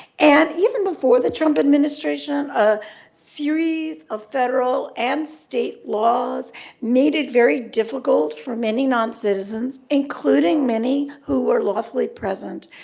and even before the trump administration, a series of federal and state laws made it very difficult for many non-citizens, including many who were lawfully present,